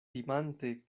timante